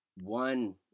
One